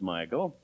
Michael